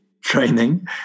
training